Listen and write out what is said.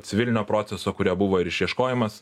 civilinio proceso kuria buvo ir išieškojimas